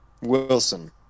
Wilson